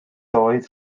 oedd